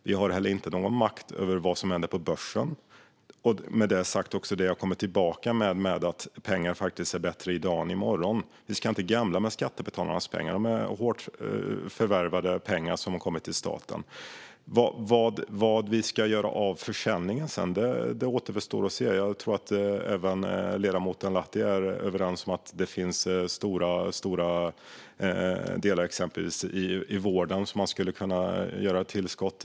Vi har inte heller någon makt över vad som händer på börsen. Med detta sagt kommer jag tillbaka till det jag har sagt om att pengar i dag är bättre än pengar i morgon. Vi ska inte gambla med skattebetalarnas pengar; det är surt förvärvade pengar som har kommit in till staten. Vad vi sedan ska göra av pengarna från försäljningen återstår att se. Jag tror att även ledamoten Lahti instämmer i att det finns stora delar, exempelvis i vården, som skulle behöva ett tillskott.